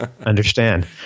Understand